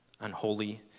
unholy